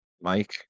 mike